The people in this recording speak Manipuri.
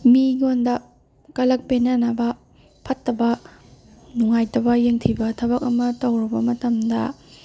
ꯃꯤꯉꯣꯟꯗ ꯀꯂꯛ ꯄꯦꯟꯅꯅꯕ ꯐꯠꯇꯕ ꯅꯨꯡꯉꯥꯏꯇꯕ ꯌꯦꯡꯊꯤꯕ ꯊꯕꯛ ꯑꯃ ꯇꯧꯔꯨꯔꯕ ꯃꯇꯝꯗ